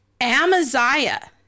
Amaziah